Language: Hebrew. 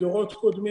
לדורות קודמים,